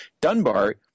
Dunbar